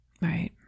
Right